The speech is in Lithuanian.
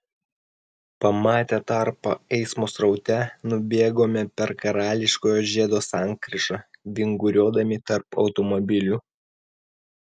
pamatę tarpą eismo sraute nubėgome per karališkojo žiedo sankryžą vinguriuodami tarp automobilių